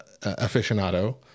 aficionado